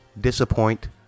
Disappoint